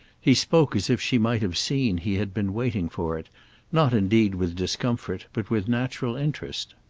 he spoke as if she might have seen he had been waiting for it not indeed with discomfort, but with natural interest.